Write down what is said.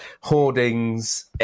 hoardings